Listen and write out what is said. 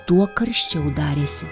tuo karščiau darėsi